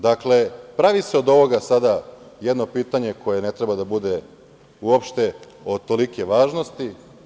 Dakle, pravi se od ovoga sada jedno pitanje koje ne treba da bude uopšte od tolike važnosti.